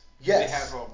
Yes